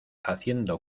haciendo